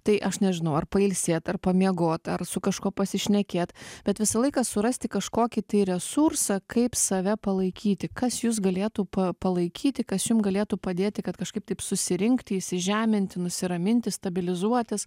tai aš nežinau ar pailsėt ar pamiegot ar su kažkuo pasišnekėt bet visą laiką surasti kažkokį tai resursą kaip save palaikyti kas jus galėtų palaikyti kas jum galėtų padėti kad kažkaip taip susirinkti įsižeminti nusiraminti stabilizuotis